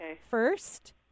first